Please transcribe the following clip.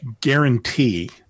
guarantee